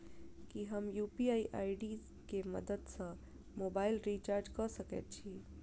की हम यु.पी.आई केँ मदद सँ मोबाइल रीचार्ज कऽ सकैत छी?